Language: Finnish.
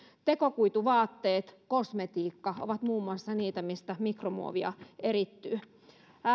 tekokuituvaatteet ja kosmetiikka ovat muun muassa niitä joista mikromuovia erittyy